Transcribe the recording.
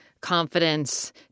confidence